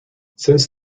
since